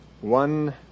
one